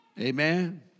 Amen